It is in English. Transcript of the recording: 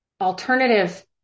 alternative